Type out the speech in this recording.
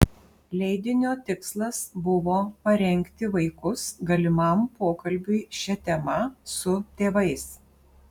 leidinio tikslas buvo parengti vaikus galimam pokalbiui šia tema su tėvais